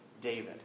David